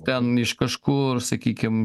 ten iš kažkur sakykim